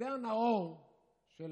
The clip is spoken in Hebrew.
אסתר נאור של